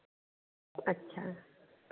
अच्छा